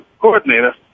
coordinator